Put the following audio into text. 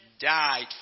died